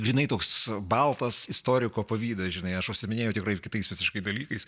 žinai toks baltas istoriko pavydas žinai aš užsiiminėjau tikrai kitais visiškai dalykais